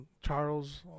Charles